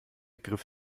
griff